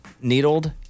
needled